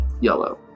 yellow